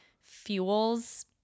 fuels